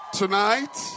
tonight